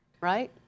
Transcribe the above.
right